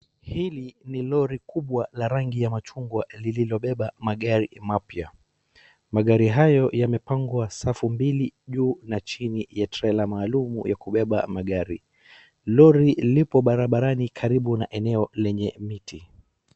Hili ni lori kubwa la rangi ya machungwa lililobeba magari mapya. Magari hayo yamepangwa safi mbili, juu na chini ya trela ya kubeba magari. Lori liko barabarani karibu na eneo lenye miti.